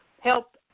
help